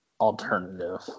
alternative